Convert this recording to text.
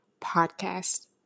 podcast